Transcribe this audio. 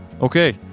Okay